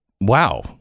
wow